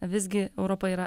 visgi europa yra